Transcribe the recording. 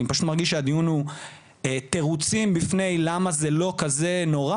כי אני פשוט מרגיש שהדיון הוא תירוצים על למה זה לא כזה נורא.